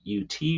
UT